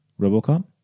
Robocop